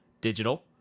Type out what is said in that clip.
Digital